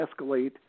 escalate